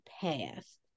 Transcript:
past